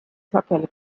sageli